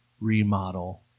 remodel